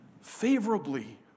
favorably